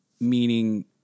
meaning